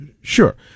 Sure